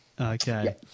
Okay